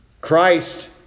Christ